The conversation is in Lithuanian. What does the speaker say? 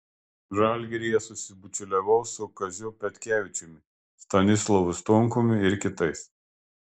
žalgiryje susibičiuliavau su kaziu petkevičiumi stanislovu stonkumi ir kitais